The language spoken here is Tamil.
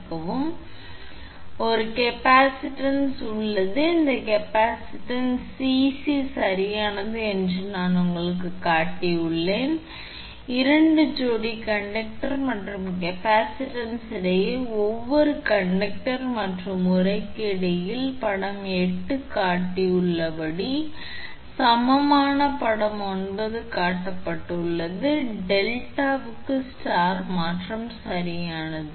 எனவே ஒரு கேப்பாசிட்டன்ஸ் உள்ளது இந்த கேப்பாசிட்டன்ஸ் 𝐶𝑐 சரியானது என்று நான் உங்களுக்குக் காட்டினேன் எந்த 2 ஜோடி கண்டக்டர் மற்றும் கேப்பாசிட்டன்ஸ் இடையே ஒவ்வொரு கண்டக்டர் மற்றும் உறைக்கும் இடையே படம் 8 இல் காட்டப்பட்டுள்ளபடி மற்றும் அதற்கு சமமான படம் 9 இல் காட்டப்பட்டுள்ளது டெல்டாவுக்கு ஸ்டார் மாற்றம் சரியானது